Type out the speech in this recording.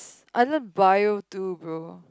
I learn bio too bro